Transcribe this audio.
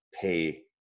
pay